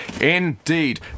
Indeed